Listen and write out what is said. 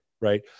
Right